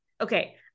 Okay